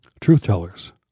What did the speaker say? Truth-tellers